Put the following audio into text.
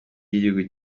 ry’igihugu